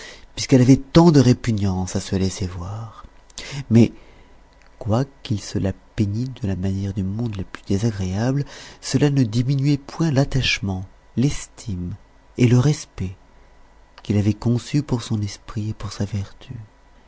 puisqu'elle avait tant de répugnance à se laisser voir mais quoiqu'il se la peignît de la manière du monde la plus désagréable cela ne diminuait point l'attachement l'estime et le respect qu'il avait conçus pour son esprit et pour sa vertu